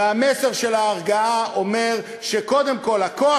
והמסר של ההרגעה אומר שקודם כול הכוח